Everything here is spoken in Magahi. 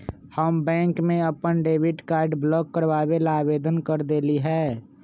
हम बैंक में अपन डेबिट कार्ड ब्लॉक करवावे ला आवेदन कर देली है